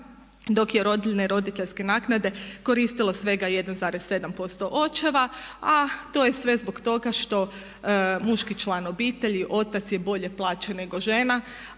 dok je rodiljne i roditeljske naknade koristilo svega 1,7% očeva. A to je sve zbog toga što muški član obitelji otac je bolje plaćen nego žena.